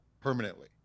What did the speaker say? permanently